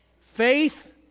Faith